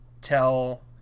tell